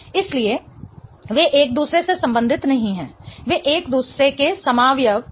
इसलिए वे एक दूसरे से संबंधित नहीं हैं वे एक दूसरे के समावयव नहीं हैं